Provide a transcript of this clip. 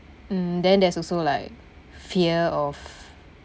mm then there's also like fear of